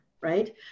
right